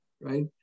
right